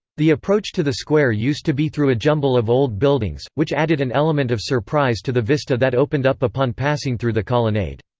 the approach to the square used to be through a jumble of old buildings, which added an element of surprise to the vista that opened up upon passing through the colonnade.